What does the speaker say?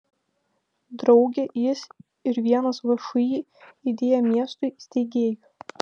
drauge jis ir vienas všį idėja miestui steigėjų